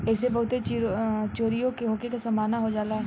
ऐइसे बहुते चोरीओ होखे के सम्भावना हो जाला